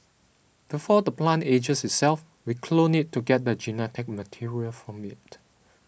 before the plant ages itself we clone it to get the genetic material from it